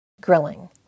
Grilling